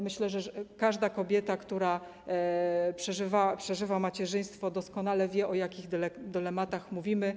Myślę, że każda kobieta, która przeżywa macierzyństwo, doskonale wie, o jakich dylematach mówimy.